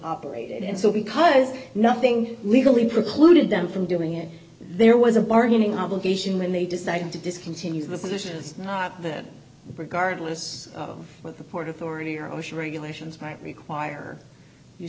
operated and so because nothing legally precluded them from doing it there was a bargaining obligation when they decided to discontinue the conditions not that regardless of what the port authority or osha regulations might require you